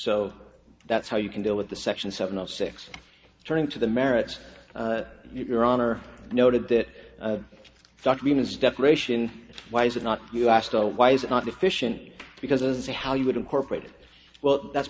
so that's how you can deal with the section seven of six turning to the merits your honor noted that struck me as defamation why is it not you asked why is it not efficient because as how you would incorporate it well that's